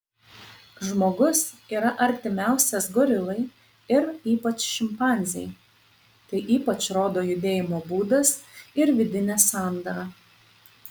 žmogus yra artimiausias gorilai ir ypač šimpanzei tai ypač rodo judėjimo būdas ir vidinė sandara